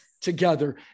together